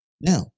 Now